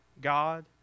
God